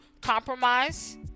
compromise